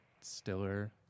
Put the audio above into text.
Stiller